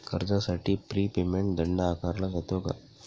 कर्जासाठी prepayment दंड आकारला जातो का?